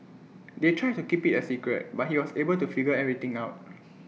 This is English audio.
they tried to keep IT A secret but he was able to figure everything out